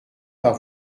par